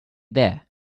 there